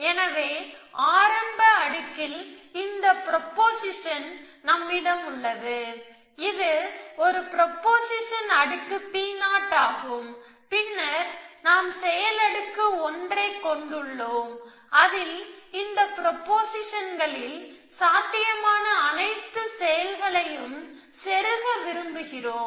எனவே ஆரம்ப அடுக்கில் இந்த ப்ரொபொசிஷன் நம்மிடம் உள்ளது எனவே இது ஒரு ப்ரொபொசிஷன் அடுக்கு P0 ஆகும் பின்னர் நாம் செயல் அடுக்கு 1 ஐக் கொண்டுள்ளோம் அதில் இந்த ப்ரொபொசிஷன்களில் சாத்தியமான அனைத்து செயல்களையும் செருக விரும்புகிறோம்